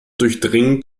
durchdringen